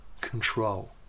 control